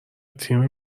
تیم